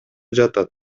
жатат